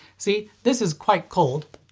see, this is quite cold